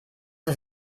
das